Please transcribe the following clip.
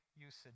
usage